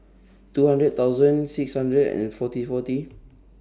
two hundred thousand six hundred and forty forty